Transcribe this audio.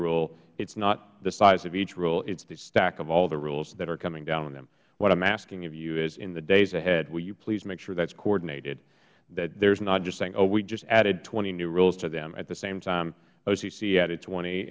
rule it's not the size of each rule it's the stack of all the rules that are coming down on them what i'm asking of you is in the days ahead will you please make sure that's coordinated that there's not just saying oh we just added twenty new rules to them at the same time o